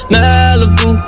Malibu